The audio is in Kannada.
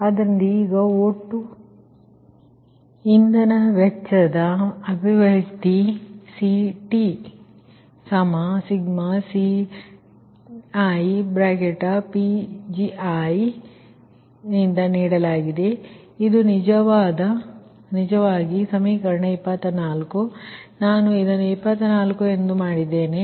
ಆದ್ದರಿಂದ ಈಗ ಒಟ್ಟು ಇಂಧನ ವೆಚ್ಚದ ಅಭಿವ್ಯಕ್ತಿCTi1mCiPgi ನಿಂದ ನೀಡಲಾಗಿದೆ ಇದು ನಿಜವಾಗಿ ಸಮೀಕರಣequation 24 ನಾನು ಇದನ್ನು 24 ಎಂದು ಮಾಡಿದ್ದೇನೆ